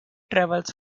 travels